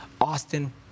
Austin